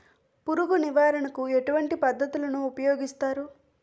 పురుగు నివారణ కు ఎటువంటి పద్ధతులు ఊపయోగిస్తారు?